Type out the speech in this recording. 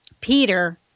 peter